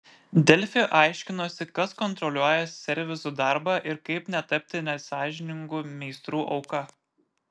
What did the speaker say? delfi aiškinosi kas kontroliuoja servisų darbą ir kaip netapti nesąžiningų meistrų auka